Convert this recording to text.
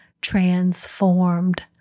transformed